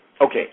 okay